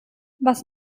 was